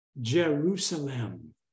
Jerusalem